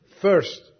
first